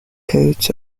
codes